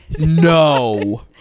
no